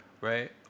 right